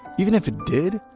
even if it did,